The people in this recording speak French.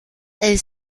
est